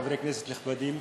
חברי כנסת נכבדים,